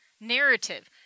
narrative